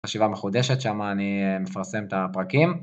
חשיבה מחודשת שם אני מפרסם את הפרקים.